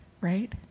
Right